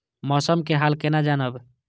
मौसम के हाल केना जानब?